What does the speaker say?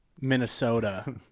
minnesota